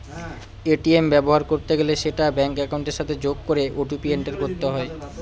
ATM ব্যবহার করতে গেলে সেটা ব্যাঙ্ক একাউন্টের সাথে যোগ করে ও.টি.পি এন্টার করতে হয়